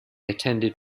attended